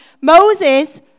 Moses